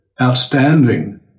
outstanding